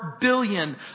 billion